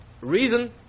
reason